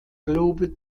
global